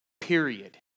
period